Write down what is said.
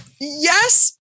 yes